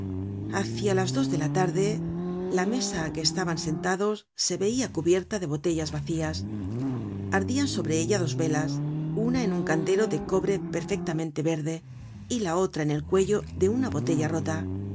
hacia las dos de la tarde la mesa á que estaban sentados se veia cubierta de botellas vacías ardian sobre ella dos velas una en un candero de cobre perfectamente verde y la otra en el cuello de una botella rota